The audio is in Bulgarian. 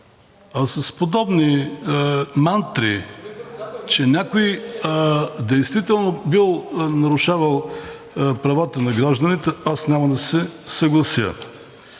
С подобни мантри, че някой действително бил нарушавал правата на гражданите, аз няма да се съглася.